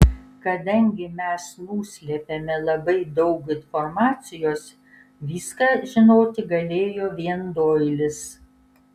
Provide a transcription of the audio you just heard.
kadangi mes nuslėpėme labai daug informacijos viską žinoti galėjo vien doilis